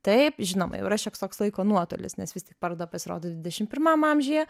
taip žinoma jau yra šioks toks laiko nuotolis nes vistik paroda pasirodo dvidešim pirmam amžiuje